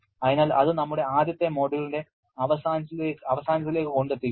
അതിനാൽ അത് നമ്മുടെ ആദ്യത്തെ മൊഡ്യൂളിന്റെ അവസാനത്തിലേക്ക് കൊണ്ട് എത്തിക്കുന്നു